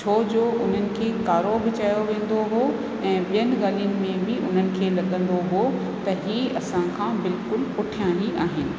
छोजो उन्हनि खे कारो बि चयो वेंदो हुओ ऐं ॿियनि ॻाल्हियुनि में बि हुनखे लॻंदो वो त ई असां खां बिल्कुलु पुठिया ई आहिनि